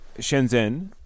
Shenzhen